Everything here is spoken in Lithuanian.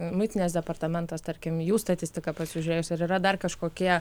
muitinės departamentas tarkim jų statistiką pasižiūrėjus ar yra dar kažkokie